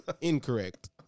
Incorrect